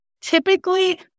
typically